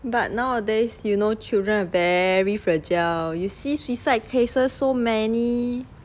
but nowadays you know children very fragile you see suicide cases so many